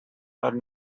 are